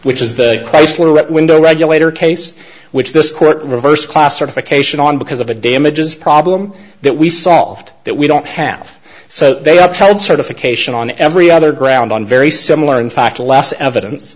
at window regulator case which this court reversed class certification on because of a damages problem that we solved that we don't have so they upheld certification on every other ground on very similar in fact less evidence